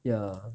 ya